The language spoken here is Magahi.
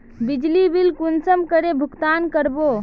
बिजली बिल कुंसम करे भुगतान कर बो?